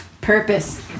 Purpose